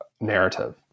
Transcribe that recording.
narrative